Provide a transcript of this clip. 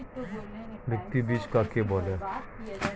ভিত্তি বীজ কাকে বলে?